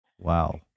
Wow